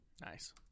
Nice